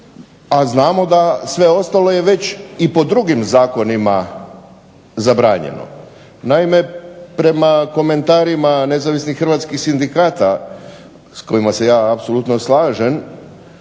znamo da je sve ostalo već i po drugim zakonima zabranjeno. Naime, prema komentarima nezavisnih hrvatskih sindikata s kojima se ja slažem